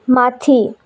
माथि